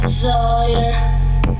Desire